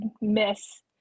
miss